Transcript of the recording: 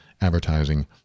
advertising